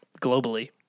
globally